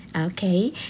Okay